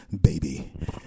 baby